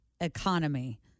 economy